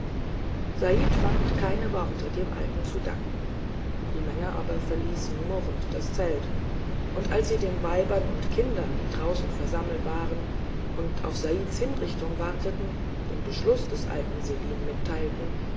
said fand keine worte dem alten zu danken die männer aber verließen murrend das zelt und als sie den weibern und kindern die draußen versammelt waren und auf saids hinrichtung warteten den entschluß des alten selim mitteilten